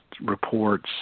reports